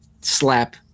slap